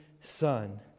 son